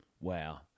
Wow